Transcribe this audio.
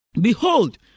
behold